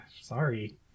Sorry